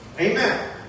Amen